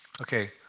Okay